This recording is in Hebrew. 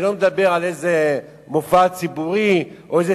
אני לא מדבר על מופע ציבורי או על איזו